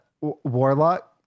Warlock